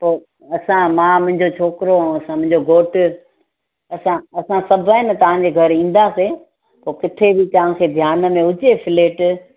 पो असां मां मुंहिंजो छोकिरो अऊं असां मुंहिंजो घोट असां असां सभु आहे न तव्हांजे घरु ईंदासीं पोइ किथे बि तव्हांखे ध्यान में हुजे फ्लैट